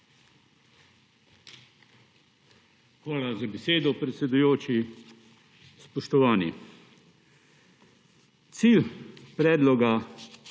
Hvala za besedo, predsedujoči. Spoštovani! Cilj predloga